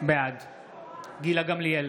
בעד גילה גמליאל,